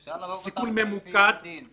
אפשר להרוג אותם על פי הדין.